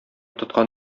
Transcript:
тоткан